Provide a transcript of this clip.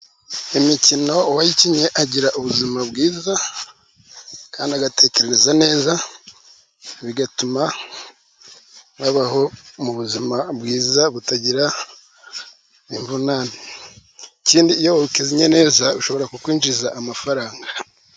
Imikino uwayikinnye agira ubuzima bwiza, kandi agatekereza neza, bigatuma abaho mu buzima bwiza butagira imvunane. Ikindi iyo ukinnye neza, bishobora kukwinjiriza amafaranga.